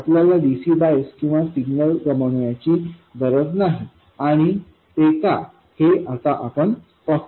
आपल्याला dc bias किंवा signal गमावण्याची गरज नाही आणि ते का हे आपण पाहू